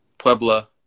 Puebla